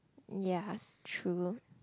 ya true